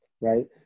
right